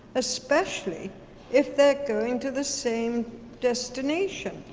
especially if they're going to the same destination?